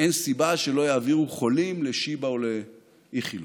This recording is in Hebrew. אין סיבה שלא יעבירו חולים לשיבא או לאיכילוב.